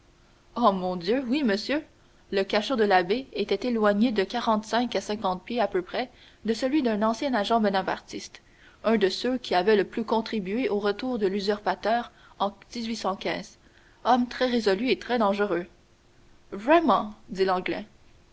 oh mon dieu oui monsieur le cachot de l'abbé était éloigné de quarante-cinq à cinquante pieds à peu près de celui d'un ancien agent bonapartiste un de ceux qui avaient le plus contribué au retour de l'usurpateur en homme très résolu et très dangereux vraiment dit l'anglais